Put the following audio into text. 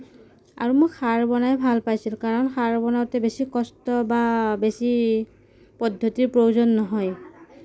আৰু মই খাৰ বনাই ভাল পাইছিলোঁ কাৰণ খাৰ বনাওঁতে বেছি কষ্ট বা বেছি পদ্ধতিৰ প্ৰয়োজন নহয়